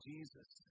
Jesus